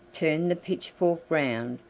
turned the pitchfork round,